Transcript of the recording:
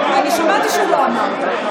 אני שמעתי שהוא לא אמר.